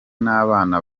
n’abana